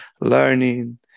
learning